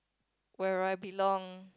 where I belong